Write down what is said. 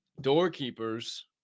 doorkeepers